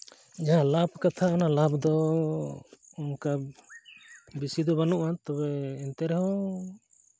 ᱡᱟᱦᱟᱸ ᱞᱟᱵᱷ ᱠᱟᱛᱷᱟ ᱩᱱᱟᱹᱜ ᱞᱟᱵᱷ ᱫᱚ ᱚᱱᱠᱟ ᱛᱚᱵᱮ ᱵᱮᱥᱤ ᱫᱚ ᱵᱟᱹᱱᱩᱜᱼᱟ ᱮᱱᱛᱮ ᱨᱮᱦᱚᱸ